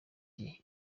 jye